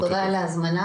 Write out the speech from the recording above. תודה על ההזמנה.